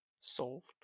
solved